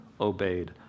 obeyed